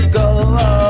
go